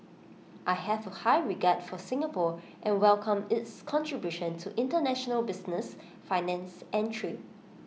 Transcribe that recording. I have A high regard for Singapore and welcome its contribution to International business finance and trade